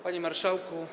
Panie Marszałku!